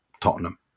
Tottenham